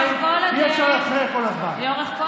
שמענו היום את חברת הכנסת מירי רגב עולה לכאן ואומרת,